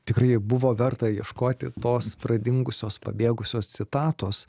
tikrai buvo verta ieškoti tos pradingusios pabėgusios citatos